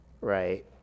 right